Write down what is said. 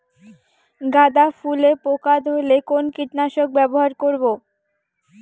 গাদা ফুলে পোকা ধরলে কোন কীটনাশক ব্যবহার করব?